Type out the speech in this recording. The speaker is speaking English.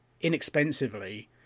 inexpensively